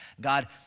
God